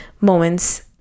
moments